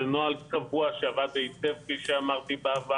זה נוהל קבוע שעבד היטב בעבר,